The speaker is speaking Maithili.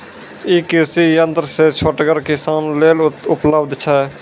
ई कृषि यंत्र छोटगर किसानक लेल उपलव्ध छै?